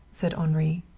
said henri.